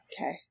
Okay